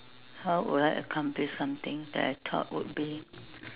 how would I accomplish something that I thought would be